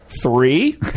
three